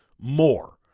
more